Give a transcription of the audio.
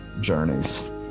journeys